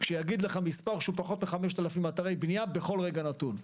שיגיד לך מספר של פחות מ-5,000 אתרי בנייה בכל רגע נתון.